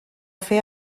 fer